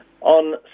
On